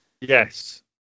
yes